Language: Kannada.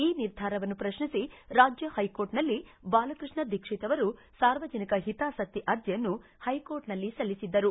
ಈ ನಿರ್ಧಾರವನ್ನು ಪ್ರಶ್ನಿಸಿ ರಾಜ್ಯ ಪೈಕೋರ್ಟ್ನಲ್ಲಿ ಬಾಲಕೃಷ್ಣ ದೀಕ್ಷಿತ್ ಅವರು ಸಾರ್ವಜನಿಕ ಹಿತಾಸಕ್ತಿ ಅರ್ಜಿಯನ್ನು ಹೈಕೋರ್ಟ್ನಲ್ಲಿ ಸಲ್ಲಿಸಿದ್ದರು